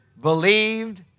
believed